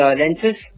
lenses